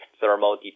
thermal